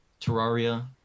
Terraria